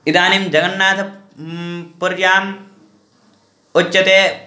इदानीं जगन्नाथ पुर्याम् उच्यते